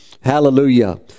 Hallelujah